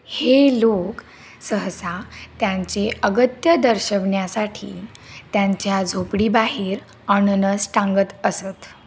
हे लोक सहसा त्यांचे अगत्य दर्शवण्यासाठी त्यांच्या झोपडीबाहेर अननस टांगत असत